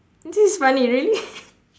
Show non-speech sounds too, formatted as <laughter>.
this is funny really <laughs>